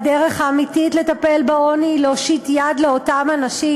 הדרך האמיתית לטפל בעוני, להושיט יד לאותם אנשים,